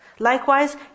Likewise